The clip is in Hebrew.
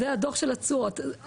זה הדו"ח של התשואות,